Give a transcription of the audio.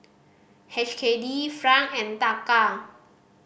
H K D Franc and Taka